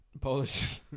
Polish